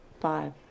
Five